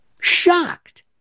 shocked